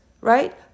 right